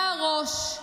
אתה הראש,